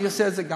אני אעשה את זה.